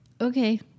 Okay